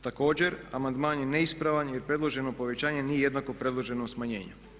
Također amandman je neispravan jer predloženo povećanje nije jednako predloženom smanjenju.